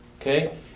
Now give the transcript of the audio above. okay